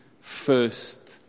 first